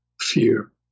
fear